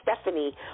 Stephanie